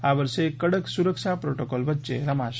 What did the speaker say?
આ વર્ષે કડક સુરક્ષા પ્રોટોકોલ વચ્ચે રમાશે